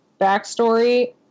backstory